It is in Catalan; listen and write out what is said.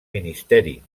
ministeri